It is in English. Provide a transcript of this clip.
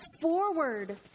forward